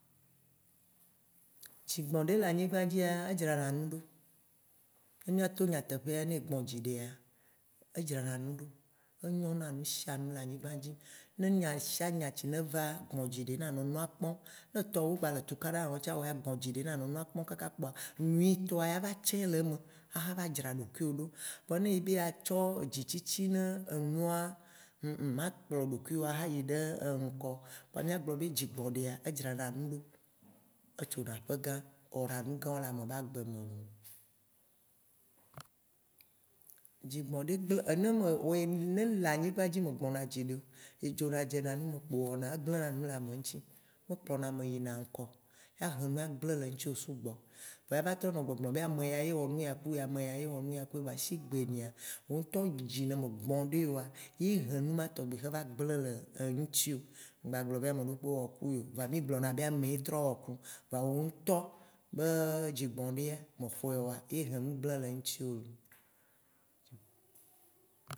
Dzigbɔ̃ɖi le anyigbã dzia, edzra na nu ɖo, ne mìa to nyateƒe ne gbɔ̃ dzi ɖia, edzrana nu ɖo, enyo na nusianu le anyigbã dzi. Ne nyasianya ci ne va gbɔ̃dziɖi na nɔ nua kpɔm, ne tɔwowo gba le tukaɖa wɔm tsã wo ya gbɔ̃ dzi ɖi na nɔ nua kpɔm kaka kpoa, nyuitɔa ya va tsĩ le eme axɔ va dzra ɖokuiwo ɖo. Vɔ ne ebe ya tsɔ dzitsitsi ne enua, oun oun ma kplɔ ɖokuiwò axa yi ɖe eŋkɔ o. Kpoa mìa gblɔ be dzigbɔ̃ɖia edzrana nu ɖo, etsuna aƒegã, wɔna nu gãwo le ame be agbe me looo.. Dzigbɔ̃ɖi gble ne me ne le anyigbã dzi megbɔna dziɖi o, ye dzona dze nu me kpo wɔna, egblena nu le ameŋti, me kplɔ na ame yina ŋkɔ o. Ya he nu agble le ŋtiwo sugbɔ, voa ya va trɔ nɔ gbɔgblɔm be, ameya ye wɔ nuya ku ye ameya ye wɔ nuya ku ye voa shi gbe mea, wò ŋtɔ dzi yi ne me gbɔ̃ ɖi oa, ye he nu ma tɔŋgbi xe va gble nu le ŋtiwò mgba gblɔ bena ameɖekpe wɔ ku ye o. Vɔa mì gblɔna be ame ye trɔ wɔ ku mi, vɔa wo ŋtɔ be dzigbɔ̃ɖia mexɔe oa, ye he nu gble le ŋtiwò loo